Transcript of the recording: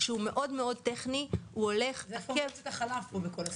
שלא הספקתי לקרוא אותו כי קיבלנו אותו רק היום.